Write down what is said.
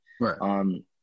Right